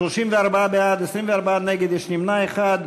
34 בעד, 24 נגד, יש נמנע אחד.